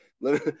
Let